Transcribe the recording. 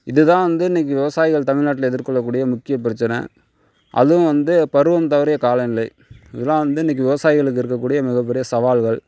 இதுதான் வந்து இன்னைக்கி விவசாயிகள் தமிழ்நாட்டில் எதிர் கொள்ள கூடிய முக்கிய பிரச்சனை அதுவும் வந்து பருவம் தவறிய காலநிலை இதலாம் வந்து இன்னைக்கி விவசாயிகளுக்கு இருக்க கூடிய மிக பெரிய சவால்கள்